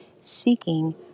seeking